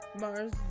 Mars